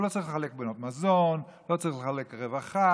הוא לא צריך לחלק מנות מזון, לא צריך לחלק רווחה.